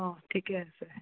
অঁ ঠিকে আছে